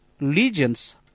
legions